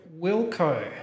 Wilco